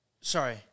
Sorry